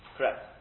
Correct